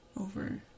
over